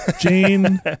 Jane